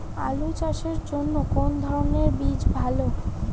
আলু চাষের জন্য কোন ধরণের বীজ ভালো?